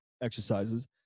exercises